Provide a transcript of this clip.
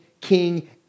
King